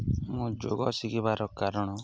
ମୁଁ ଯୋଗ ଶିଖିବାର କାରଣ